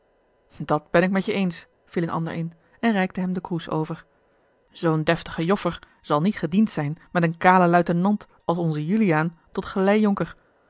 dat ben ik met je eens viel een ander in en reikte hem den kroes over zoo'n deftige joffer zal niet gediend zijn met een kalen luitenant als onzen juliaan tot